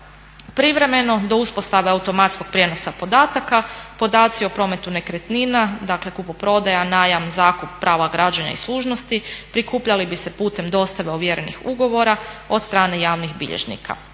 Privremeno, do uspostave automatskog prijenosa podataka, podaci o prometu nekretnina dakle kupoprodaja, najam, zakup, prava građana i služnosti prikupljali bi se putem dostave ovjerenih ugovora od strane javnih bilježnika.